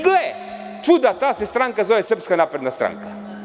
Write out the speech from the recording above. Gle čuda, ta se stranka zove Srpska napredna stranka.